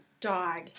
dog